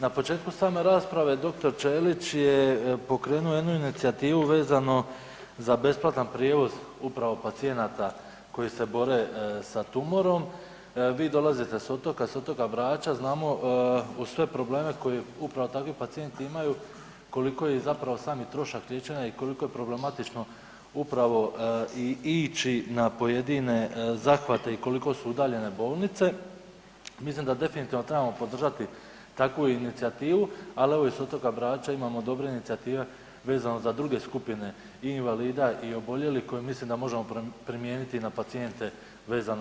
Na početku same rasprave dr. Ćelić je pokrenuo jednu inicijativu vezano za besplatan prijevoz upravo pacijenata koji se bore sa tumorom, vi dolazite s otoka, s otoka Brača znamo uz sve probleme koje upravo takvi pacijenti imaju koliko je i zapravo sami trošak liječenja i koliko je problematično upravo i ići na pojedine zahvate i koliko su udaljene bolnice, mislim da definitivno trebamo podržati takvu inicijativu, ali evo i s otoka Brača imamo dobre inicijative vezano za druge skupine i invalida i oboljelih koje mislim da možemo primijeniti na pacijente vezano za tumor.